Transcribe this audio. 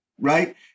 right